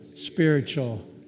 spiritual